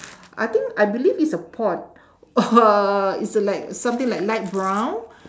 I think I believe it's a pot uhh it's a like something like light brown